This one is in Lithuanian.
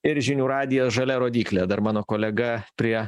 ir žinių radijas žalia rodyklė dar mano kolega prie